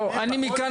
מכאן